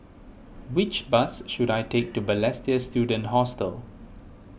which bus should I take to Balestier Student Hostel